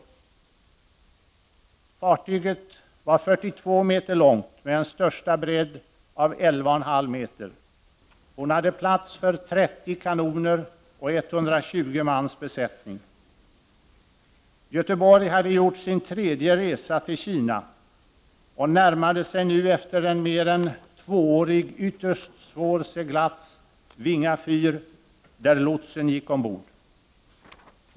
Fartyget var 42 m långt med en största bredd av 11,5 m. Hon hade plats för 30 kanoner och 120 mans besättning. Götheborg hade gjort sin tredje resa till Kina och närmade sig nu efter en mer än tvåårig ytterst svår seglats Vinga fyr där lotsen gick ombord.